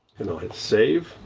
and i'll hit save.